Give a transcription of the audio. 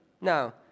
No